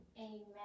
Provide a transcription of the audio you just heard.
Amen